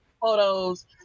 photos